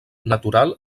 natural